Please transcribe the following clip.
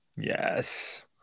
yes